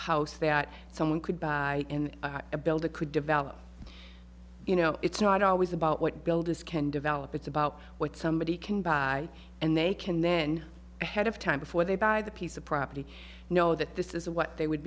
house that someone could buy in a builder could develop you know it's not always about what builders can develop it's about what somebody can buy and they can then ahead of time before they buy the piece of property know that this is what they would